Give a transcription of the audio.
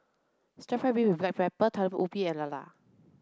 stir fried beef with black pepper Talam Ubi and Lala